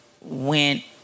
Went